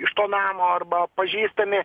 iš to namo arba pažįstami